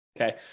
okay